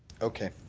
okay.